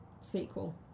sequel